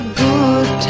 good